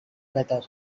better